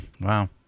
wow